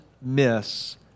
miss